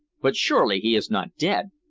but surely he is not dead?